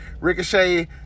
Ricochet